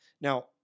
Now